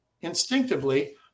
instinctively